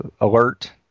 alert